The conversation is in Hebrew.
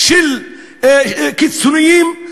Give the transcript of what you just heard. של קיצונים,